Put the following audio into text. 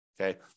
Okay